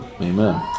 Amen